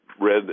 red